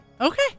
Okay